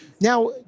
Now